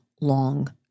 long